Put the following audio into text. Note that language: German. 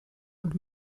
und